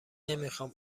نمیخام